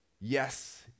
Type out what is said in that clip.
Yes